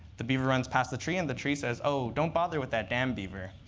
the beaver runs past the tree. and the tree says, oh, don't bother with that dam beaver.